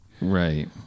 right